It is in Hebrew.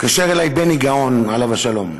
התקשר אלי בני גאון, עליו השלום.